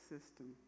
system